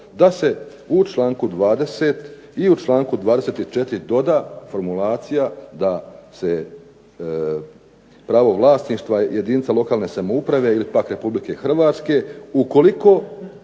da se u članku 20. i u članku 24. doda formulacija da se pravo vlasništva jedinica lokalne samouprave ili pak Republike Hrvatske ukoliko